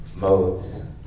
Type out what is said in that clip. Modes